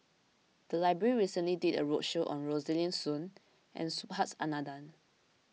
the library recently did a roadshow on Rosaline Soon and Subhas Anandan